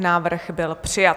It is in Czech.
Návrh byl přijat.